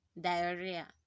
Diarrhea